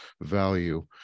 value